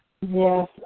yes